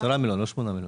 לא 8 מיליון.